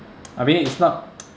I mean it's not